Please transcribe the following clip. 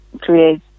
create